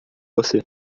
você